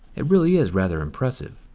it really is rather impressive.